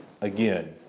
again